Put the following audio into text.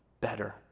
better